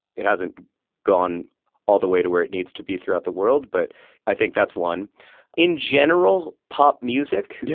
it hasn't gone all the way to where it needs to be throughout the world but i think that's one in general, pop music, yeah